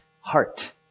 heart